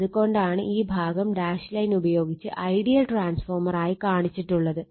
അത് കൊണ്ടാണ് ഈ ഭാഗം ഡാഷ്ലൈൻ ഉപയോഗിച്ച് ഐഡിയൽ ട്രാൻസ്ഫോർമർ ആയി കാണിച്ചിട്ടുള്ളത്